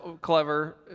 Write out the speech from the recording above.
Clever